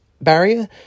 barrier